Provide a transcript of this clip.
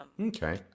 Okay